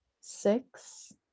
six